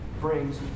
brings